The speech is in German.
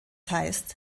heißt